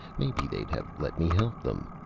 maybe they'd have let me help them!